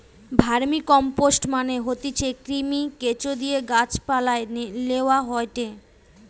vermicompost মানে হতিছে কৃমি, কেঁচোদিয়ে গাছ পালায় লেওয়া হয়টে